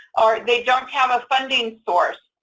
or they don't have a funding source.